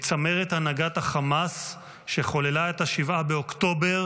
מצמרת הנהגת החמאס, שחוללה את 7 באוקטובר,